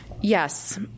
Yes